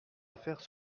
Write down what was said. affaires